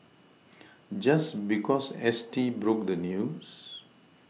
just because S T broke the news